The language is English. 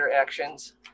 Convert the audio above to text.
actions